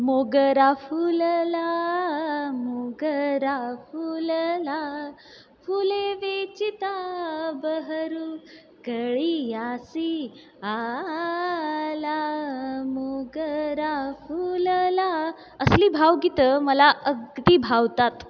मोगरा फुलला मोगरा फुलला फुले वेचिता बहरू कळीयासी आला मोगरा फुलला असली भावगीतं मला अगदी भावतात